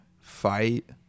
fight